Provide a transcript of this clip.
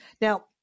Now